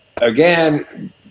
again